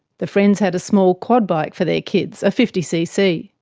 the friends had a small quad bike for their kids, a fifty cc.